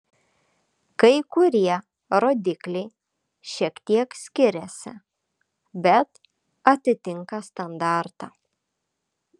kai kurie rodikliai šiek tiek skiriasi bet atitinka standartą